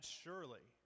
surely